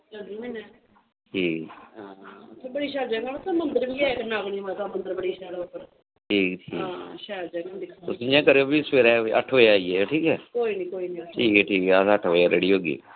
जी बड़ी शैल जगह उत्थै मंदर बी ऐ कन्नै ठीक ठीक शैल जगह होंदी तुस इयां करेओ फिर सवेरे अट्ठ बजे आई जाओ ठीक ऐ कोई नी कोई ठीक ऐ ठीक ऐ अस अट्ठ बजे रैडी होगे